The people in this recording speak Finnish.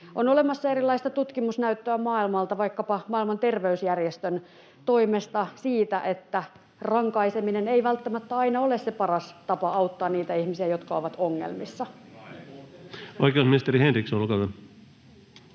On olemassa erilaista tutkimusnäyttöä maailmalta vaikkapa Maailman terveysjärjestön toimesta siitä, että rankaiseminen ei välttämättä aina ole se paras tapa auttaa niitä ihmisiä, jotka ovat ongelmissa. [Speech 18] Speaker: